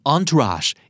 Entourage